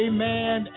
Amen